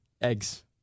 eggs